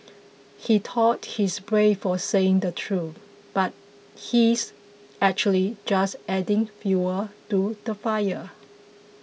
he thought he's brave for saying the truth but he's actually just adding fuel to the fire